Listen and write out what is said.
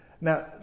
Now